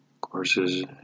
courses